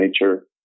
nature